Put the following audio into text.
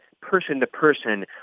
person-to-person